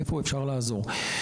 על איפה אפשר לעזור.